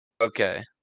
Okay